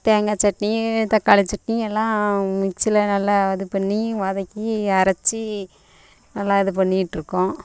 தேங்காய் சட்னி தக்காளி சட்னி எல்லாம் மிக்சியில் நல்லா இது பண்ணி வதக்கி அரைத்து நல்லா இது பண்ணிட்டு இருக்கோம்